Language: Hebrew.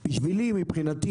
ומבחינתי,